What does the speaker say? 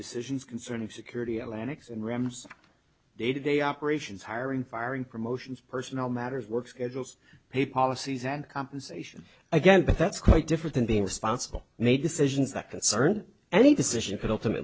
decisions concerning security atlantics and rams day to day operations hiring firing promotions personnel matters work schedules pay policies and compensation again but that's quite different than being responsible made decisions that concern any decision